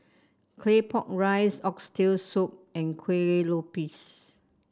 Claypot Rice Oxtail Soup and Kuih Lopes